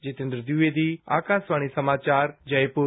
जितेन्द्र द्विवेदी आकाशवाणी समाचार जयपुर